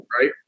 right